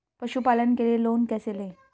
पशुपालन के लिए लोन कैसे लें?